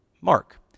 Mark